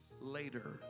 later